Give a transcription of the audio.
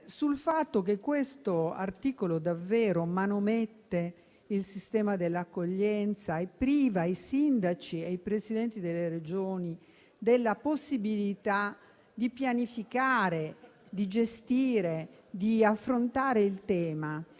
sul fatto che questo articolo manomette davvero il sistema dell'accoglienza e priva i sindaci e i Presidenti delle Regioni della possibilità di pianificare, di gestire e di affrontare il tema,